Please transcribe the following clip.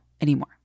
anymore